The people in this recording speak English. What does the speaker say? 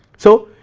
so,